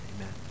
Amen